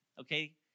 okay